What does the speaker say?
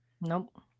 Nope